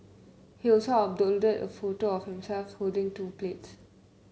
he also uploaded a photo of himself holding two plate